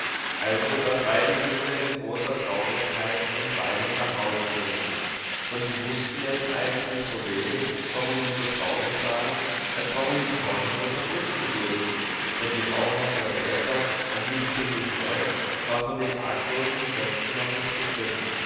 also daß beide kinder in großer traurigkeit und weinend nach hause gingen und sie wußten jetzt eigentlich so wenig warum sie so traurig waren als warum sie vorhin so vergnügt gewesen denn die rauheit der väter an sich ziemlich neu war von den arglosen geschöpfen noch nicht begriffen